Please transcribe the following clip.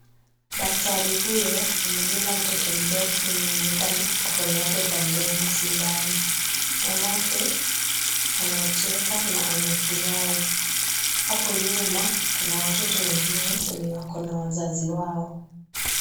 Daktari huyu anadunga mtoto mdogo mwenye amekaa mkono yake sindano kwa mdomo sindano. Mama wake anacheka na ana furahi. Hapo nyuma kuna watoto wengine wenye wako na wazazi wao.